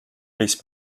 place